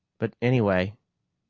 but anyway,